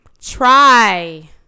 try